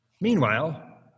Meanwhile